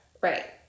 Right